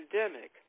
pandemic